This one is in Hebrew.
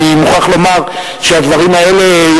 אני מוכרח לומר שהדברים האלה,